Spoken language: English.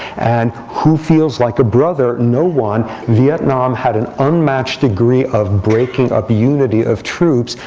and who feels like a brother? no one. vietnam had an unmatched degree of breaking of unity of troops.